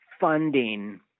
funding